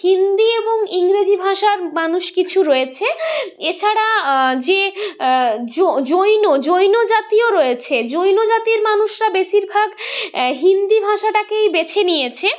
হিন্দি এবং ইংরেজি ভাষার মানুষ কিছু রয়েছে এছাড়া যে যো জৈন জৈন জাতিও রয়েছে জৈন জাতির মানুষরা বেশিরভাগ হিন্দি ভাষাটাকেই বেছে নিয়েছে